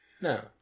No